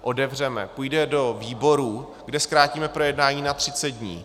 Otevřeme, půjdeme do výborů, kde zkrátíme projednání na 30 dní.